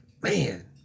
Man